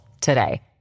today